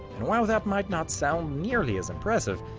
and while that might not sound nearly as impressive,